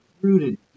rooted